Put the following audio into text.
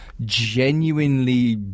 genuinely